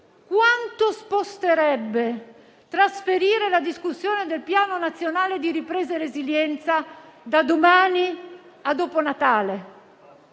quanto sposterebbe trasferire la discussione del Piano nazionale di ripresa e resilienza da domani a dopo Natale,